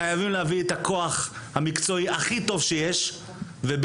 חייבים להביא את הכוח המקצועי הכי טוב שיש ובאמצעותו